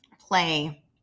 play